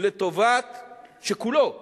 שכולו סיוע,